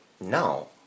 No